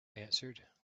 answered